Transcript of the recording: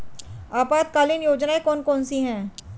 अल्पकालीन योजनाएं कौन कौन सी हैं?